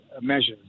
measures